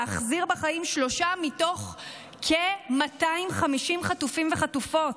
להחזיר בחיים שלושה מתוך כ-250 חטופים וחטופות.